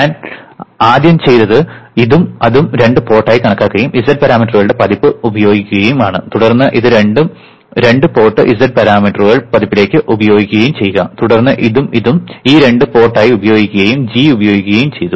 ഞാൻ ആദ്യം ചെയ്തത് ഇതും അതും രണ്ട് പോർട്ട് ആയി കണക്കാക്കുകയും z പാരാമീറ്ററുകളുടെ പതിപ്പ് ഉപയോഗിക്കുകയും ആണ് തുടർന്ന് ഇതും രണ്ട് പോർട്ട് z പാരാമീറ്ററുകൾ പതിപ്പിലേക്ക് ഉപയോഗിക്കുകയും ചെയ്യുക തുടർന്ന് ഇതും ഇതും രണ്ട് പോർട്ട് ആയി ഉപയോഗിക്കുകയും g ഉപയോഗിക്കുകയും ചെയ്തു